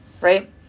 right